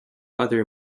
other